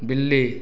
बिल्ली